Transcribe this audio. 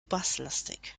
basslastig